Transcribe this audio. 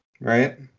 right